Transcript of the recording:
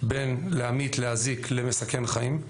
בין להמית, להזיק, למסכן חיים.